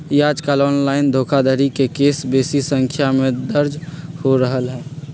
याजकाल ऑनलाइन धोखाधड़ी के केस बेशी संख्या में दर्ज हो रहल हइ